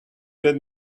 that